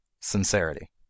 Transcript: sincerity